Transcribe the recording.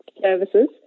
services